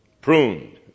pruned